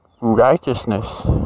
righteousness